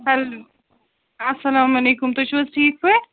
hell اَسلامُ علیکُم تُہۍ چھُو حظ ٹھیٖک پٲٹھۍ